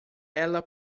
ela